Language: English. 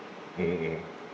mmhmm mmhmm